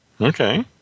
Okay